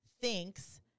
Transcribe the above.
thinks